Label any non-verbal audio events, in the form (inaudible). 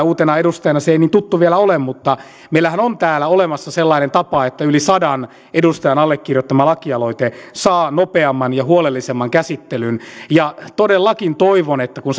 (unintelligible) uutena edustajana se ei niin tuttu vielä ole mutta meillähän on täällä olemassa sellainen tapa että yli sadan edustajan allekirjoittama lakialoite saa nopeamman ja huolellisemman käsittelyn ja todellakin toivon että kun (unintelligible)